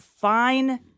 fine